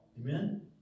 amen